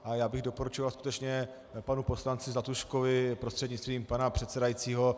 A já bych doporučoval skutečně panu poslanci Zlatuškovi prostřednictvím pana předsedajícího.